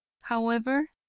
however,